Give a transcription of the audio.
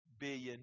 billion